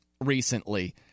recently